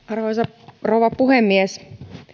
arvoisa rouva puhemies